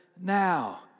now